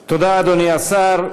תודה, אדוני השר.